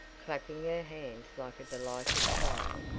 clapping her hands like a delighted child,